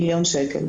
מיליון שקל.